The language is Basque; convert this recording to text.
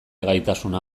gaitasuna